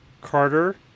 Carter